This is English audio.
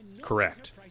correct